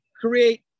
create